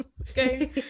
okay